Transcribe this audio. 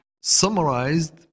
summarized